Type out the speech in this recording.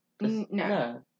no